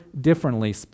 differently